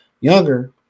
younger